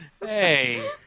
Hey